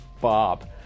Bob